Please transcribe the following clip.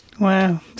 Wow